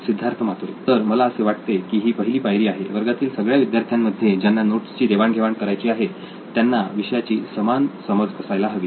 सिद्धार्थ मातुरी तर मला असे वाटते की ही पहिली पायरी आहे वर्गातील सगळ्या विद्यार्थ्यांमध्ये ज्यांना नोट्सची देवाणघेवाण करायची आहे त्यांना विषयाची समान समज असायला हवी